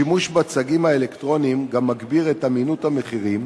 השימוש בצגים האלקטרוניים גם מגביר את אמינות המחירים